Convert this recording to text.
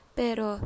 pero